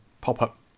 pop-up